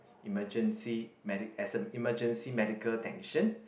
emergency medic as a emergency medical technician